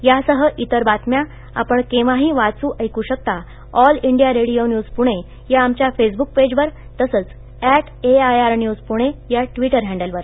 यासह इतर बात या आपण के हाही वाचू ऐकू शकता all India radio news Pune या आम या फेसबुक पेजवर तसंच at A I R news Pune या ट्विटर हॅंडलवर